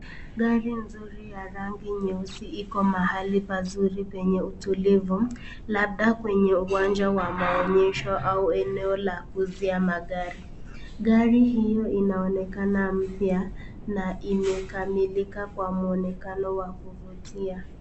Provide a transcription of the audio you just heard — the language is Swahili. Gari nzuri ya rangi nyeusi iko mahali pazuri penye utulivu, labda kwenye uwanja wa maonyesho au eneo la kuuzia magari. Gari hiyo inaonekana mpya na imekamilika kwa muonekano wa kuvutia.